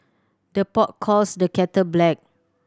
the pot calls the kettle black